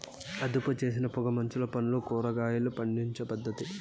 అదుపుచేసిన పొగ మంచులో పండ్లు, కూరగాయలు పండించే పద్ధతి